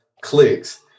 clicks